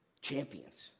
champions